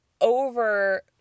over